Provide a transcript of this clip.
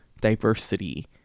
diversity